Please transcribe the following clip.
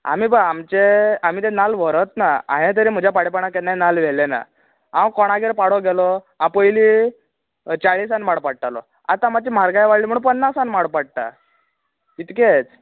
आमी पळय आमचें आमी ते नाल्ल व्हरत ना आयें तरी म्हज्या पाड्यापणान केन्ना नाल्ल व्हेल्ले ना हांव कोणागेर पाडूंक गेलो हांव पयली चाळीसांनी माड पाडटालो आतां मात्शी मारगाय वाडली म्हण पन्नासांक माड पाडटा इतकेंच